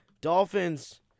Dolphins